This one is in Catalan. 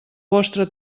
vostre